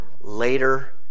later